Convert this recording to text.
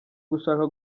gushaka